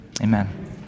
amen